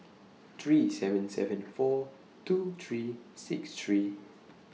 three seven seven four two three six three